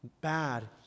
bad